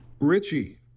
Richie